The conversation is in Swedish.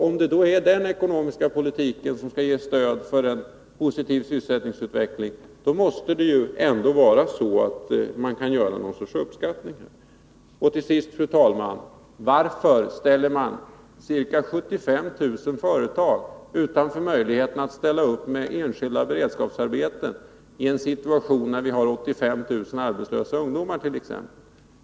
Om det är den ekonomiska politiken som skall ge stöd för en positiv sysselsättningsutveckling, måste man ju kunna göra någon sorts uppskattning. Till sist, fru talman! Varför omöjliggör man för ca 75 000 företag att ställa upp med enskilda beredskapsarbeten i en situation där vi har 85 000 arbetslösa ungdomar t.ex.?